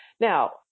Now